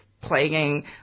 plaguing